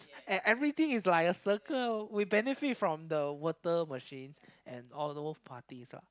and everything is like a circle we benefit from the water machine and all those parties lah